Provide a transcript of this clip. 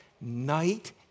night